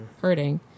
hurting